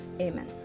amen